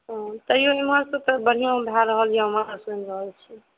हँ तैयो इमहरसँ तऽ बढ़िआँ भए रहल यऽ ओमहर सुनि रहल छी